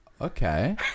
Okay